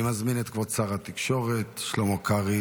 אני מזמין את כבוד שר התקשורת שלמה קרעי